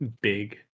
big